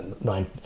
nine